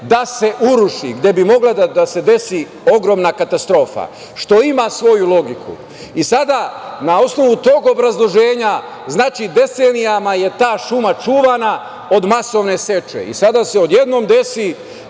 da se uruši, gde bi mogla da se desi ogromna katastrofa, što ima svoju logiku. Sada na osnovu tog obrazloženja, znači, decenijama je ta šuma čuvana od masovne seče i sada se odjednom desi